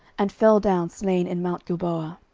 and fell down slain in mount gilboa.